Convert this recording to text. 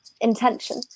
intention